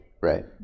Right